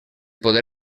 poder